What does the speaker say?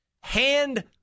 hand